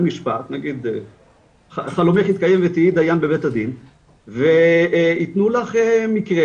נגיד חלומך התקיים ותהי דיין בבית הדין - וייתנו לך מקרה,